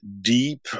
deep